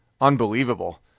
unbelievable